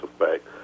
effect